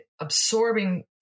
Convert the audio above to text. absorbing